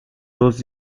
dos